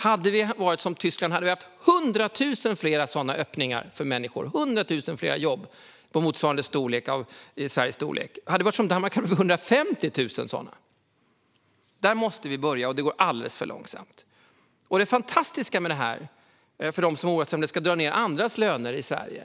Hade vi varit som Tyskland skulle vi ha haft 100 000 sådana öppningar för människor - 100 000 fler jobb på en befolkning av Sveriges storlek. Hade vi varit som Danmark skulle vi ha haft över 150 000 sådana jobb. Där måste vi börja, och det går alldeles för långsamt. Det finns de som oroar sig för att det här ska dra ned andras löner i Sverige.